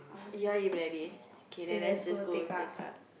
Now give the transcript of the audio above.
you want eat briyani okay then let's just go Tekka